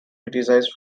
criticized